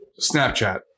Snapchat